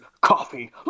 Coffee